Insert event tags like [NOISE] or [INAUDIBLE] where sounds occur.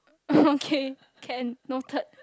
[LAUGHS] okay can noted